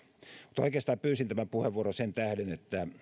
mutta oikeastaan pyysin tämän puheenvuoron sen tähden että